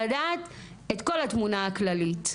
לדעת את כל התמונה הכללית,